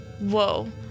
Whoa